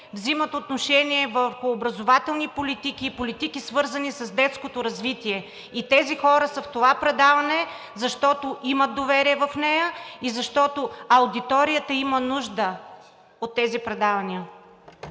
взимат отношение по образователни политики и политики, свързани с детското развитие. И тези хора са в това предаване, защото имат доверие в нея и защото аудиторията има нужда от тези предавания.